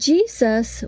Jesus